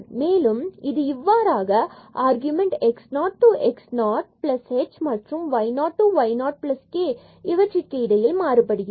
மேலும் இது இவ்வாறாக argument argument x 0 to x 0 x 0 h மற்றும் y 0 to y 0 k இவற்றிற்கு இடையில் மாறுபடுகிறது